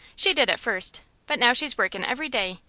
she did at first, but now she's workin' every day,